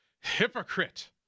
hypocrite